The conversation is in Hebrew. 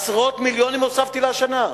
עשרות מיליונים הוספתי לה השנה.